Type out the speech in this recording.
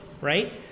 right